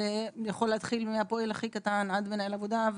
החל מהפועל הכי קטן ועד למנהל העבודה.